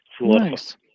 Nice